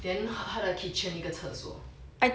then 他的 kitchen 一个厕所